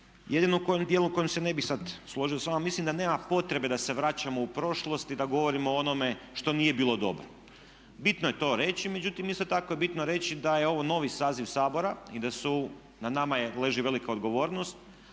u dijelu u kojem se ne bih sad složio s vama mislim da nema potrebe da se vraćamo u prošlost i da govorimo o onome što nije bilo dobro. Bitno je to reći, međutim isto tako je bitno reći da je ovo novi saziv Sabora i da na nama leži velika odgovornost